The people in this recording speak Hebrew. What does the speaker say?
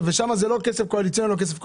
ושם זה לא כסף קואליציוני או לא כסף קואליציוני.